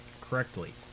correctly